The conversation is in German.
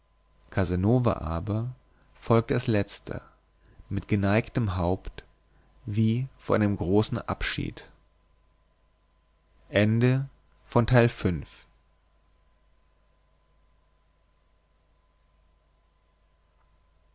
casanova aber folgte als letzter mit geneigtem haupt wie von einem großen abschied